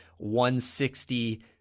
160